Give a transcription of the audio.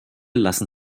lassen